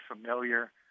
familiar